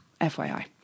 FYI